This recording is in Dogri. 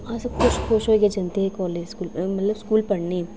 अस खुश खुश होइयै जंदे हे कालज स्कूल मतलब स्कूल पढ़ने गी